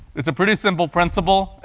it's a pretty simple principle,